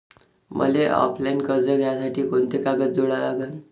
मले ऑफलाईन कर्ज घ्यासाठी कोंते कागद जोडा लागन?